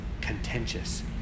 contentious